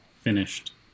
finished